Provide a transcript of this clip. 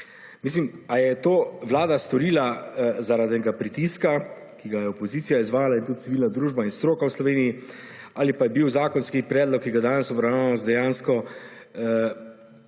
Mislim, ali je to Vlada storila zaradi pritiska, ki ga je opozicija izvajala in tudi civilna družba ter stroka v Sloveniji, ali pa je bil zakonski predlog, ki ga danes obravnavamo, dejansko